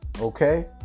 okay